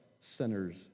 sinners